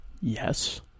Yes